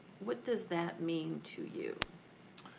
what does that mean to you?